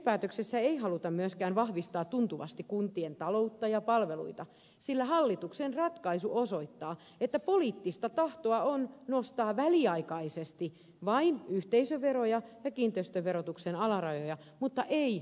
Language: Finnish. kehyspäätöksissä ei haluta myöskään vahvistaa tuntuvasti kuntien taloutta ja palveluita sillä hallituksen ratkaisu osoittaa että poliittista tahtoa on nostaa väliaikaisesti vain yhteisöveroja ja kiinteistöverotuksen alarajoja mutta ei valtionosuuksia